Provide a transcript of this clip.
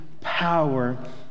power